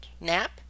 Nap